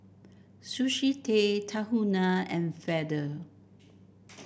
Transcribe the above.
Sushi Tei Tahuna and Feather